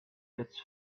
gets